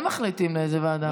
הם מחליטים לאיזה ועדה.